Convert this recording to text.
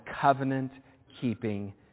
covenant-keeping